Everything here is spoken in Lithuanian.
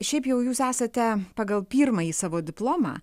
šiaip jau jūs esate pagal pirmąjį savo diplomą